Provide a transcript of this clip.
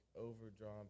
overdrawn